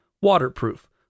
waterproof